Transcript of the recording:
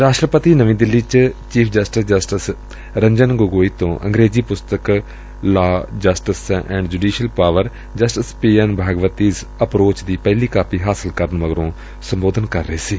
ਰਾਸ਼ਟਰਪਤੀ ਕੱਲ੍ਹ ਨਵੀਂ ਦਿੱਲੀ ਚ chief justice justice Ranjan Gogoi ਤੋਂ ਅੰਗਰੇਜ਼ੀ ਪੁਸਤਕ law justice and judicial power justice P N Bhagwati's approach ਦੀ ਪਹਿਲੀ ਕਾਪੀ ਹਾਸਲ ਕਰਨ ਮਗਰੋਂ ਸੰਬੋਧਨ ਕਰ ਰਹੇ ਸਨ